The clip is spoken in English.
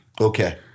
okay